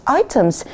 items